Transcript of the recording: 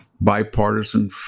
bipartisan